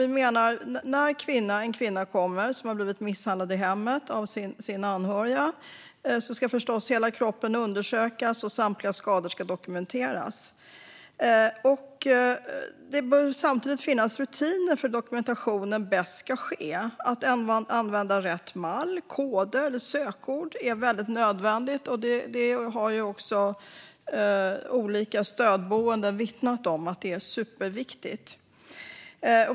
Vi menar att när en kvinna som har blivit misshandlad i hemmet av en anhörig kommer till sjukvården ska förstås hela kroppen undersökas och samtliga skador dokumenteras. Det bör samtidigt finnas rutiner för hur dokumentationen bäst ska ske. Det är fråga om att använda rätt mall, koder och sökord. Det är nödvändigt. Representanter för olika stödboenden har vittnat om att det är superviktigt.